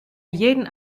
jeden